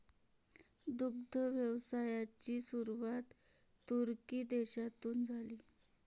दुग्ध व्यवसायाची सुरुवात तुर्की देशातून झाली